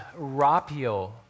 rapio